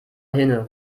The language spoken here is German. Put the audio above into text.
hinne